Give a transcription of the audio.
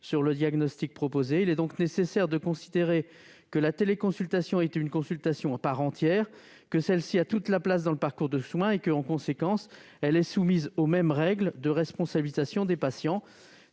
sur le diagnostic proposé. Il est donc nécessaire de considérer que la téléconsultation est une consultation à part entière, qu'elle a toute sa place dans le parcours de soins et que, en conséquence, elle est soumise aux mêmes règles de responsabilisation des patients.